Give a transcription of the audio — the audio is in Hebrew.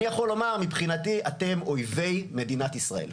אני יכול לומר, מבחינתי, אתם אויבי מדינת ישראל.